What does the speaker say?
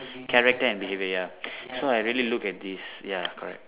character and behaviour ya so I really look at this ya correct